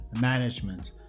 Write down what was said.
management